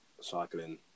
cycling